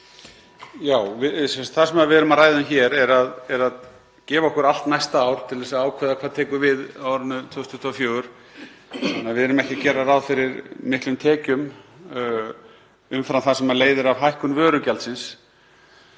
Það sem við erum að ræða um hér er að gefa okkur allt næsta ár til að ákveða hvað tekur við á árinu 2024, þannig að við erum ekki að gera ráð fyrir miklum tekjum umfram það sem leiðir af hækkun vörugjaldsins.